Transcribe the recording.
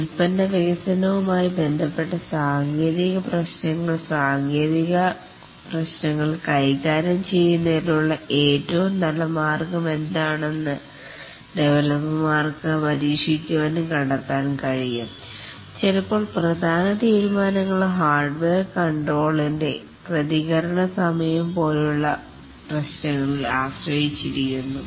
ഉൽപന്ന വികസനവുമായി ബന്ധപ്പെട്ട സാങ്കേതിക പ്രശ്നങ്ങൾ സാങ്കേതിക പ്രശ്നങ്ങൾ കൈകാര്യം ചെയ്യുന്നതിനുള്ള ഏറ്റവും നല്ലമാർഗ്ഗമെന്തെന്ന് ഡെവലപ്പർമാർക്ക് പരീക്ഷിക്കാനും കണ്ടെത്താനും കഴിയും ചിലപ്പോൾ പ്രധാന തീരുമാനങ്ങൾ ഹാർഡ്വെയർ കൺട്രോളറിന്റെ പ്രതികരണ സമയം പോലുള്ള പ്രശ്നങ്ങളിൽ ആശ്രയിച്ചിരിക്കുന്നു